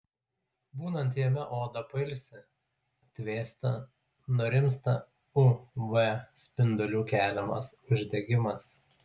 būnant jame oda pailsi atvėsta nurimsta uv spindulių keliamas uždegimas